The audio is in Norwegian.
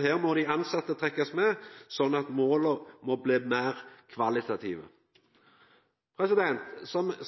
her må dei tilsette trekkjast med, sånn at måla blir meir kvalitative.